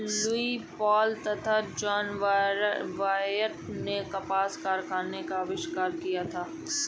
Lewis Paul तथा John Wyatt ने कपास कारखाने का आविष्कार किया था